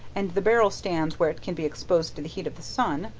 and the barrel stands where it can be exposed to the heat of the sun,